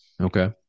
Okay